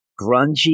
grungy